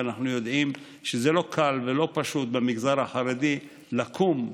ואנחנו יודעים שזה לא קל ולא פשוט במגזר החרדי לקום,